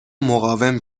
مقاوم